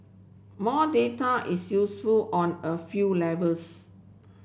more data is useful on a few levels